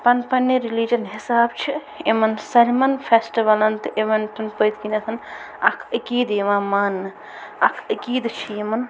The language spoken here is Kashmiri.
پنٕنۍ پنے رلِجن حِساب چھٕ یِمن سالِمن فٮ۪سٹٕوَلن تہٕ اِونٹن پتہٕ کَنٮ۪تھ اَکھ عقیدٕ یِوان ماننہٕ اَکھ عقیدٕ چھُ یِمن